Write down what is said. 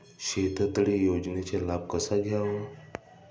शेततळे योजनेचा लाभ कसा घ्यावा?